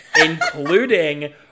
including